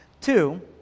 Two